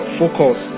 focus